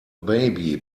baby